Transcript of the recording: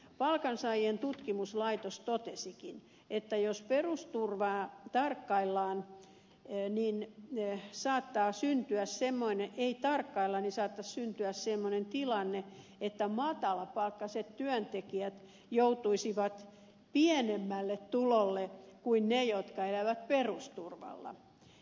palkansaajien tutkimuslaitos totesikin että jos perusturvaa ei tarkkailla niin saattaisi syntyä semmoinen ei tarkkaillani saattoi syntyä semmonen tilanne että matalapalkkaiset työntekijät joutuisivat pienemmälle tulolle kuin ne jotka elävät perusturvalla